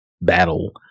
battle